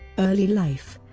early life